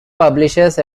publishes